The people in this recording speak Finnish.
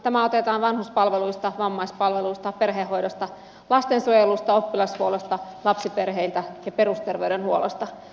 tämä otetaan vanhuspalveluista vammaispalveluista perhehoidosta lastensuojelusta oppilashuollosta lapsiperheiltä ja perusterveydenhuollosta